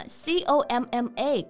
comma